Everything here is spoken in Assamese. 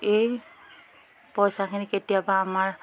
এই পইচাখিনি কেতিয়াবা আমাৰ